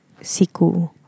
siku